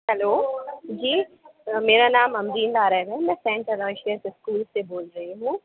hello जी मेरा नाम अमरीन दारा है मैं सेंट सेबेष्टियन स्कूल से बोल रही हूँ